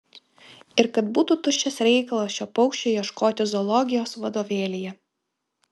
ir kad būtų tuščias reikalas šio paukščio ieškoti zoologijos vadovėlyje